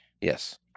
Yes